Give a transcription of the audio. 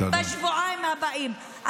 בשבועיים הבאים.